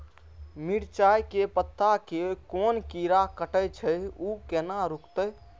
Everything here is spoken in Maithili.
मिरचाय के पत्ता के कोन कीरा कटे छे ऊ केना रुकते?